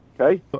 Okay